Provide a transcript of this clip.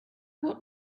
what